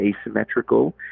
asymmetrical